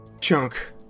Chunk